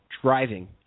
driving